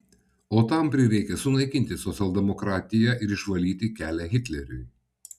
o tam prireikė sunaikinti socialdemokratiją ir išvalyti kelią hitleriui